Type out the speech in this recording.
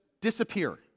disappear